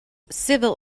civil